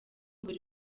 buri